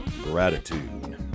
gratitude